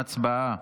הצבעה.